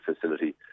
facility